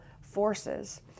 forces